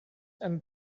and